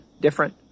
different